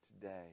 today